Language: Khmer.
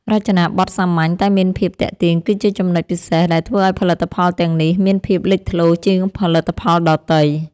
រចនាប័ទ្មសាមញ្ញតែមានភាពទាក់ទាញ គឺជាចំណុចពិសេសដែលធ្វើឱ្យផលិតផលទាំងនេះមានភាពលេចធ្លោជាងផលិតផលដទៃ។